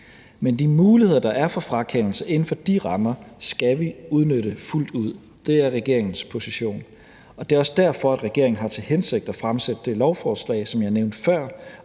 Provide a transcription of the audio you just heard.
Men de muligheder, der er for frakendelse inden for de rammer, skal vi udnytte fuldt ud. Det er regeringens position, og det er også derfor, at regeringen har til hensigt at fremsætte det lovforslag, som jeg nævnte før,